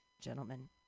gentlemen